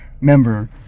member